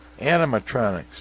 Animatronics